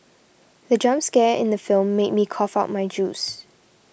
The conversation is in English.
the jump scare in the film made me cough out my juice